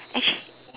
actually